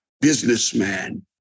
businessman